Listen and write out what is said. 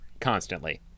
constantly